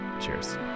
Cheers